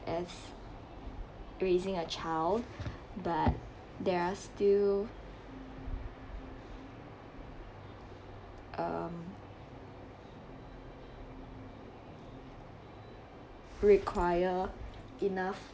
as raising a child but there are still um require enough